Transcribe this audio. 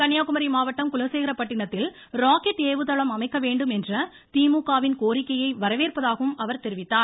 கன்னியாகுமரி மாவட்டம் குலசேகரப்பட்டினத்தில் ராக்கெட் ஏவுதளம் அமைக்க வேண்டும் என்ற திமுக வின் கோரிக்கையை வரவேற்பதாகவும் அவர் தெரிவித்தார்